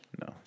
No